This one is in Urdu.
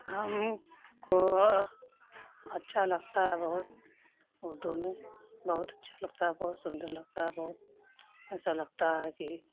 ہم کو اچھا لگتا ہے بہت اردو میں بہت اچھا لگتا ہے بہت سندر لگتا ہے بہت ایسا لگتا ہے کہ